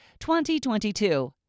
2022